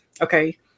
okay